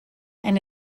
and